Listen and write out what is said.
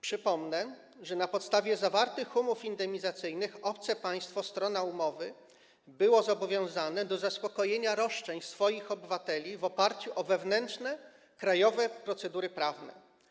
Przypomnę, że na podstawie zawartych umów indemnizacyjnych obce państwo strona umowy było zobowiązane do zaspokojenia roszczeń swoich obywateli w oparciu o wewnętrzne, krajowe procedury prawne.